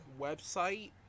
website